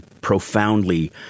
profoundly –